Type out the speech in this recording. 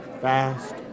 fast